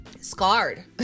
scarred